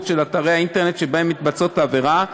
של אתרי האינטרנט שבהם מתבצעות העבירות,